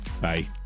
Bye